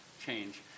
change